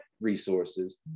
resources